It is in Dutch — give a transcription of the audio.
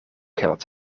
geld